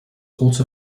also